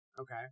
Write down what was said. Okay